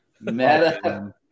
Meta